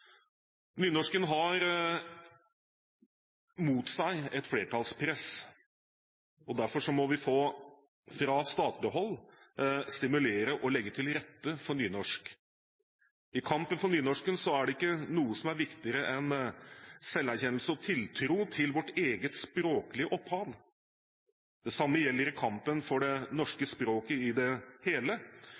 Nynorsken har et flertallspress mot seg. Derfor må vi fra statlig hold stimulere og legge til rette for nynorsk. I kampen for nynorsken er det ikke noe som er viktigere enn selverkjennelse og tiltro til vårt eget språklige opphav. Det samme gjelder i kampen for det norske språket i det hele,